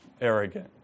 arrogant